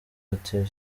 hoteli